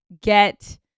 get